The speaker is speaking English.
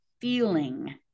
feeling